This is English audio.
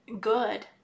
good